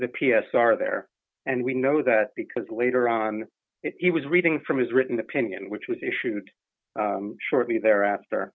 the p s r there and we know that because later on it was reading from his written opinion which was issued shortly thereafter